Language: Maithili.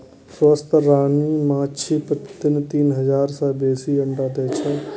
स्वस्थ रानी माछी प्रतिदिन तीन हजार सं बेसी अंडा दै छै